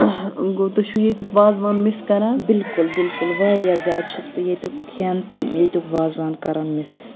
بِلکُل بِلکُل واریاہ زِیادٕ چھس بہٕ ییٚتِیُک کھؠن تہٕ ییٚتِیُک وازٕوان کَران مِس